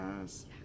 Yes